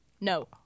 No